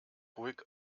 ruhig